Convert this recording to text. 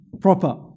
proper